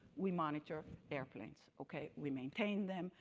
we monitor airplanes, okay? we maintain them.